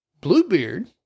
Bluebeard